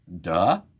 duh